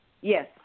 Yes